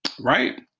right